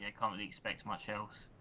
like um and expect much else,